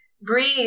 breathe